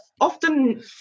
often